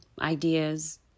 ideas